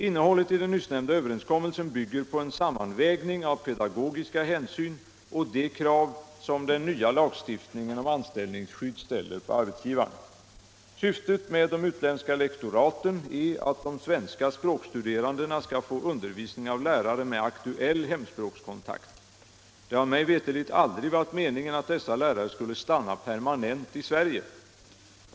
Innehållet i den nyssnämnda överenskommelsen bygger på en sammanvägning av pedagogiska hänsyn och de krav som den nya lagstiftningen om anställningsskydd ställer på arbetsgivaren. Syftet med de utlänska lektoraten är att de svenska språkstuderandena skall få undervisning av lärare med aktuell hemspråkskontakt. Det har mig veterligt aldrig varit meningen att dessa lärare skulle stanna permanent i Sverige.